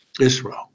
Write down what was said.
Israel